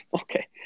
Okay